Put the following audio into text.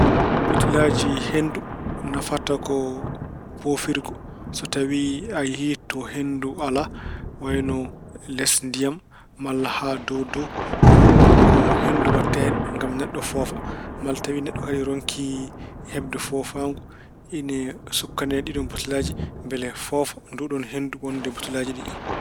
Butelaaji henndu nafata ko poofirgo tawi a yehi to henndu alaa, wayno les ndiyam malla haa dow dow. Ko henndu waɗte hen ngam neɗɗo foofa. So tawi neɗɗo kadi ronkii heɓde foofaangu, ina sukkane ɗiiɗoon butelaaji mbele foofa nduuɗoon henndu wonndu e butelaaji ɗi.